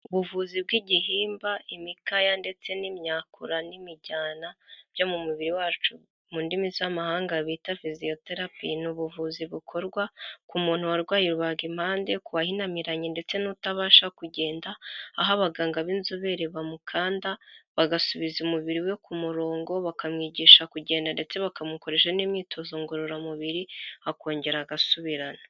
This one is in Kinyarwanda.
Ubuvuzi bw'igihimba, imikaya ndetse n'imyakura n'imijyana byo mu mubiri wacu mu ndimi z'amahanga bita fisizoterapi, ni ubuvuzi bukorwa ku muntu warwaye rubagimpande, k'uwahinamiranye ndetse n'utabasha kugenda aho abaganga b'inzobere bamukanda bagasubiza umubiri we ku murongo bakamwigisha kugenda ndetse bakamukoresha n'imyitozo ngororamubiri akongera agasubirana.